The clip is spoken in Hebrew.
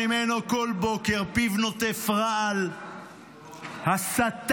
בכל בוקר פיו נוטף רעל, הסתה,